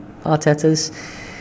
Arteta's